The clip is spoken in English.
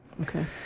Okay